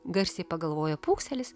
garsiai pagalvojo pūkselis